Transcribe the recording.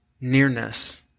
nearness